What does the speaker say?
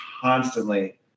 constantly